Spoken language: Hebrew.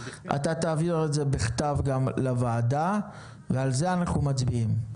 אתה תעביר את זה בכתב גם לוועדה ועל זה אנחנו מצביעים.